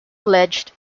pledged